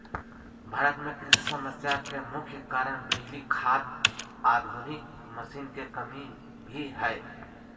भारत में कृषि समस्या के मुख्य कारण बिजली, खाद, आधुनिक मशीन के कमी भी हय